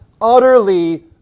utterly